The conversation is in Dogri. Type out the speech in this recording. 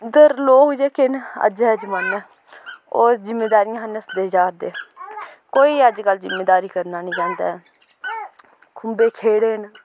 इद्धर लोक जेह्के न अज्जै दे जमानै ओह् जिमींदारी थमां नस्सदे जा'रदे कोई अज्जकल जिमींदारी करना नी चांह्दा ऐ खुम्बे खेड़े न